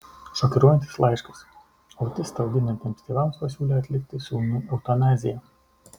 šokiruojantis laiškas autistą auginantiems tėvams pasiūlė atlikti sūnui eutanaziją